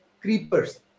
creepers